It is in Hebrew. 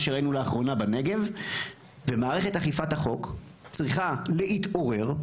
שהראינו לאחרונה בנגב ומערכת אכיפת החוק צריכה להתעורר,